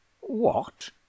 What